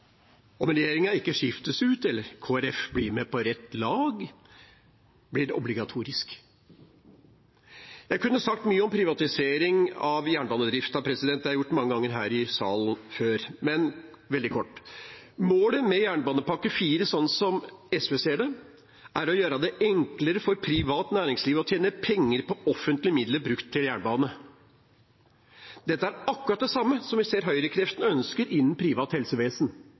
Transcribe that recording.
Om regjeringen ikke skiftes ut – eller Kristelig Folkeparti blir med på rett lag – blir det obligatorisk. Jeg kunne sagt mye om privatisering av jernbanedriften – det er gjort mange ganger før her i salen – men veldig kort: Målet med jernbanepakke IV, sånn som SV ser det, er å gjøre det enklere for privat næringsliv å tjene penger på offentlige midler brukt til jernbane. Dette er akkurat det samme som vi ser høyrekreftene ønsker innen privat helsevesen